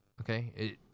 Okay